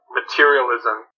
materialism